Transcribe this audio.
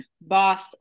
boss